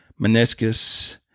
meniscus